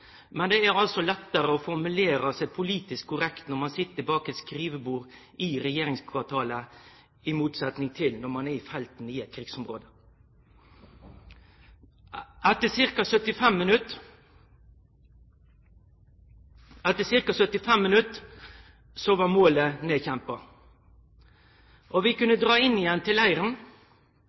men det er lettare å formulere seg politisk korrekt når ein sit bak eit skrivebord i regjeringskvartalet enn når ein er i felten i eit krigsområde. Etter ca. 75 minutt var målet nedkjempa, og vi kunne dra inn igjen til leiren.